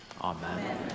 Amen